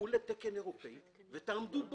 לכו לתקן אירופאי ותעמדו בו,